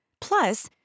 Plus